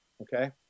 okay